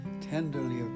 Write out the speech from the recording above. tenderly